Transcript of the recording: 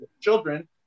children